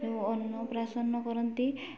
ଅନ୍ନପ୍ରଶାନ କରନ୍ତି